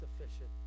sufficient